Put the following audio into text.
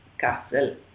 Castle